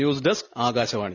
news desk Akashvani